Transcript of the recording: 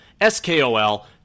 S-K-O-L